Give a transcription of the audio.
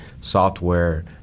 software